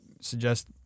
suggest